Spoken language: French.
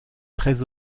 très